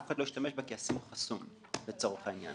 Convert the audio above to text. אף אחד לא השתמש בה כי הסים חסום לצורך העניין.